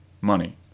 money